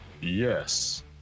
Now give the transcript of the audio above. Yes